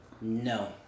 No